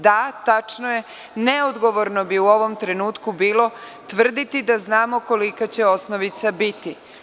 Da, tačno je, neodgovorno bi u ovom trenutku bilo tvrditi da znamo kolika će osnovica biti.